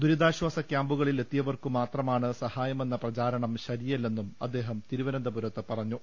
ദുരിതാശ്ചാസ ക്യാമ്പുകളിൽ എത്തിയവർക്കു മാത്രമാണ് സഹായമെന്ന പ്രചാരണം ശരിയല്ലെന്നും അദ്ദേഹം തിരുവനന്തപുരത്ത് പറഞ്ഞു